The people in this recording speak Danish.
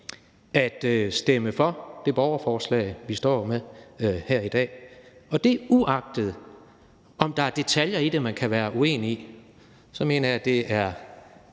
at stemme for det borgerforslag, vi står med her i dag. Og uagtet om der er detaljer i det, man kan være uenig i, så mener jeg, det er